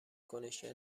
کنشگر